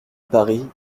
paris